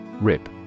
Rip